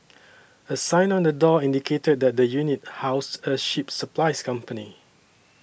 a sign on the door indicated that the unit housed a ship supplies company